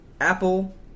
Apple